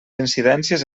incidències